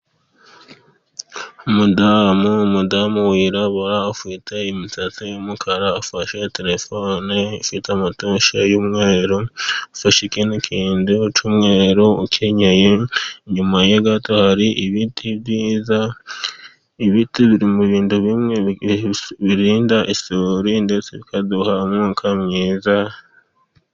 Umudamu umudamu wirabura ufite imisatsi y'umukara afashe telefone ifite amatushe y'umweru afashe ikindi kintu cy'umweru ukenyeye. Inyuma ye gato hari ibiti byiza, ibiti biri mu bintu bimwe birinda isuri ndetse bikaduha umwuka mwiza.